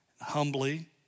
humbly